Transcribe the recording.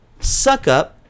Suckup